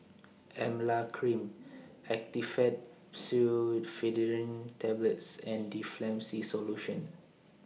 Emla Cream Actifed Pseudoephedrine Tablets and Difflam C Solution